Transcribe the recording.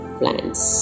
plants